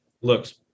looks